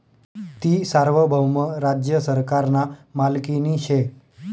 ती सार्वभौम राज्य सरकारना मालकीनी शे